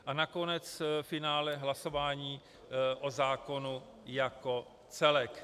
A nakonec ve finále hlasování o zákonu jako celku.